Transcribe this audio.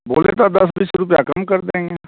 बोले तो दस बीस रुपये कम कर देंगे